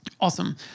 Awesome